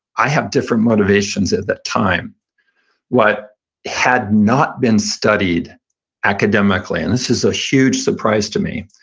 i have different motivations at that time what had not been studied academically, and this is a huge surprise to me,